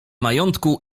majątku